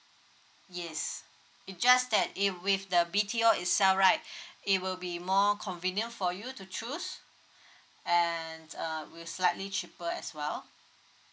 yes it just that if with the B_T_O itself right it will be more convenient for you to choose and err will slightly cheaper as well